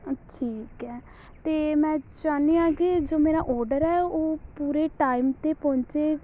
ਠੀਕ ਹੈ ਅਤੇ ਮੈਂ ਚਾਹੁੰਦੀ ਹਾਂ ਕਿ ਜੋ ਮੇਰਾ ਔਡਰ ਹੈ ਉਹ ਪੂਰੇ ਟਾਈਮ 'ਤੇ ਪਹੁੰਚੇ